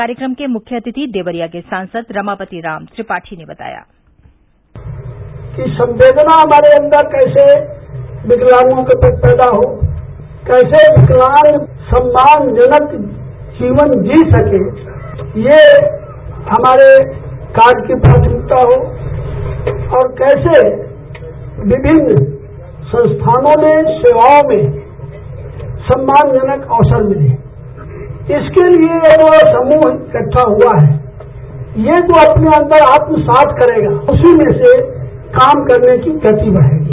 कार्यक्रम के मुख्य अतिथि देवरिया के सांसद रमापति राम त्रिपाठी ने बताया संवेदना हमारे अंदर कैसे विकलांगों के प्रति पैदा हो कैसे विकलांग सम्मानजनक जीवन जी सकें ये हमारे कार्य की प्राथमिकता हो और कैसे विमिन्न संस्थानों में सेवाओं में सम्मानजनक अवसर मिले इसके लिए जो समूह इकट्ठा हुआ है ये जो अपने अंदर आत्मसात करेगा उसी में से काम करने की गति बढ़ेगी